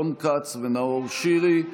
רון כץ ונאור שירי.